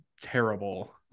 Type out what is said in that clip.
terrible